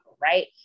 right